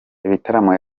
ibitaramo